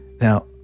Now